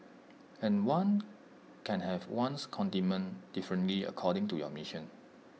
and one can have one's contentment differently according to your mission